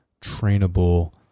trainable